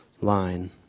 line